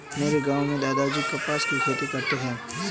मेरे गांव में दादाजी कपास की खेती करते हैं